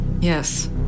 Yes